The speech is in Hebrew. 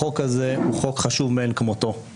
החוק הזה הוא חוק חשוב מאין כמותו,